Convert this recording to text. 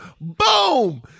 Boom